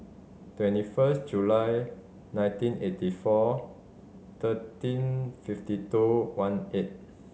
twenty first July nineteen eighty four thirteen fifty two one eight